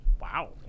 Wow